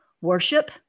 Worship